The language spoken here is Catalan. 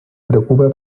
preocupa